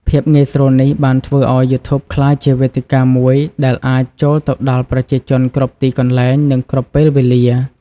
ភាពងាយស្រួលនេះបានធ្វើឱ្យយូធូបក្លាយជាវេទិកាមួយដែលអាចចូលទៅដល់ប្រជាជនគ្រប់ទីកន្លែង និងគ្រប់ពេលវេលា។